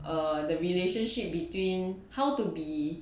err the relationship between how to be